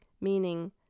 meaning